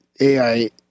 AI